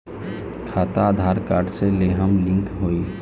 खाता आधार कार्ड से लेहम लिंक होई?